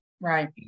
Right